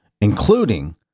including